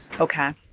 Okay